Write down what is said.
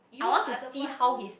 I want to see how his